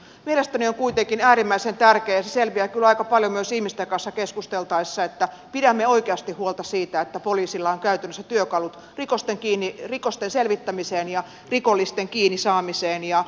mielestäni on kuitenkin äärimmäisen tärkeää ja se selviää kyllä aika paljon myös ihmisten kanssa keskusteltaessa että pidämme oikeasti huolta siitä että poliisilla on käytännössä työkalut rikosten selvittämiseen ja rikollisten kiinni saamiseen